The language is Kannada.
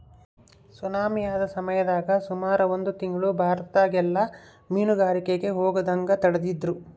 ಸುನಾಮಿ ಆದ ಸಮಯದಾಗ ಸುಮಾರು ಒಂದು ತಿಂಗ್ಳು ಭಾರತದಗೆಲ್ಲ ಮೀನುಗಾರಿಕೆಗೆ ಹೋಗದಂಗ ತಡೆದಿದ್ರು